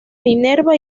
minerva